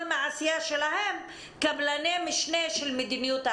מהעשייה שלהם הם קבלני משנה של מדיניות ההפרטה.